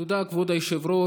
תודה, כבוד היושב-ראש.